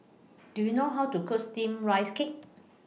Do YOU know How to Cook Steamed Rice Cake